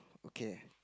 okay